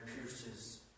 pierces